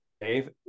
Dave